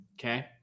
Okay